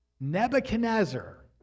Nebuchadnezzar